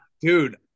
Dude